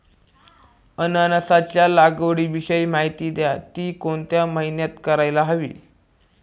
अननसाच्या लागवडीविषयी माहिती द्या, ति कोणत्या महिन्यात करायला हवी?